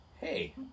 hey